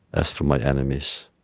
as for my enemies,